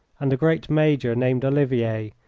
and a great major named olivier,